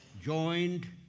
Joined